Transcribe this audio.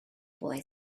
boy